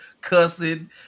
cussing